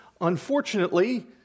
unfortunately